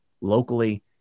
locally